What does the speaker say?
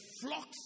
flocks